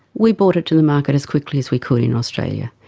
we brought it to the market as quickly as we could in australia,